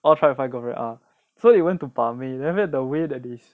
all trying to find girlfriend ah so they went to 把妹 then after that the way that they